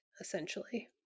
essentially